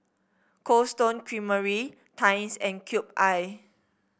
Cold Stone Creamery Times and Cube I